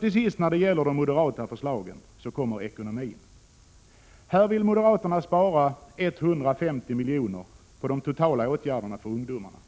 Till sist vill jag när det gäller de moderata förslagen ta upp ekonomin. Här vill moderaterna ”spara” 150 miljoner på åtgärder för ungdomarna.